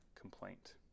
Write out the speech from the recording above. complaint